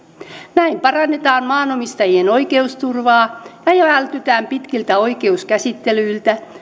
näin parannetaan maanomistajien oikeusturvaa ja ja vältytään pitkiltä oikeuskäsittelyiltä